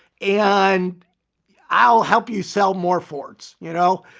and i'll help you sell more forts, you know.